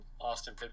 Austin